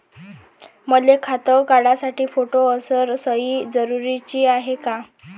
मले खातं काढासाठी फोटो अस सयी जरुरीची हाय का?